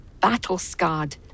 battle-scarred